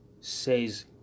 says